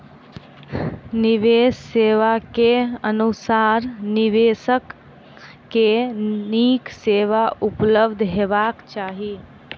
निवेश सेवा के अनुसार निवेशक के नीक सेवा उपलब्ध हेबाक चाही